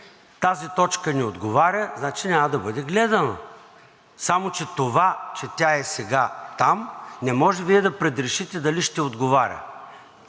тази точка не отговаря, значи няма да бъде гледана, само че това, че тя е сега там, не може Вие да предрешите дали ще отговаря,